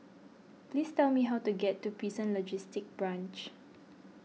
please tell me how to get to Prison Logistic Branch